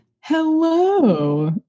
hello